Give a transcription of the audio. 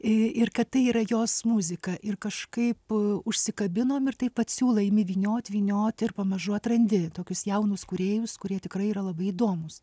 ir kad tai yra jos muzika ir kažkaip užsikabinom ir taip pat siūlą imi vyniot vyniot ir pamažu atrandi tokius jaunus kūrėjus kurie tikrai yra labai įdomūs